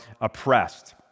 oppressed